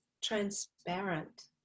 transparent